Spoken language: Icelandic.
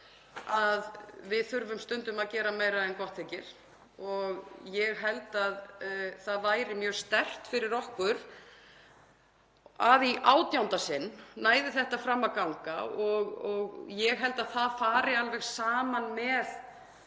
Við þurfum stundum að gera meira en gott þykir og ég held að það væri mjög sterkt fyrir okkur að nú í átjánda sinn næði þetta fram að ganga og ég held að það fari alveg saman með,